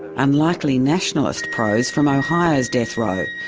unlikely nationalist prose from ohio's death row,